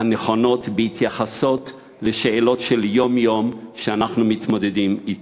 הנכונות בהתייחסות לשאלות של יום-יום שאנחנו מתמודדים אתן.